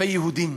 כלפי יהודים,